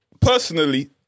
Personally